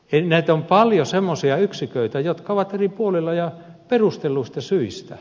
näitä on paljon semmoisia yksiköitä jotka ovat eri puolilla ja perustelluista syistä